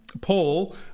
Paul